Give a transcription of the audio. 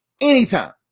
anytime